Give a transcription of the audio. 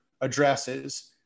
addresses